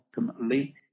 ultimately